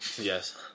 Yes